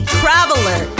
traveler